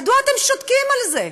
מדוע אתם שותקים על זה?